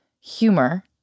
Humor